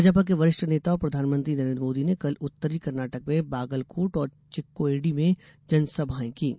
भाजपा के वरिष्ठ नेता और प्रधानमंत्री नरेंद्र मोदी ने कल उत्तरी कर्नाटक में बागलकोट और चिक्कोएडी में जनसभाएं कीं